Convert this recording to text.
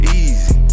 easy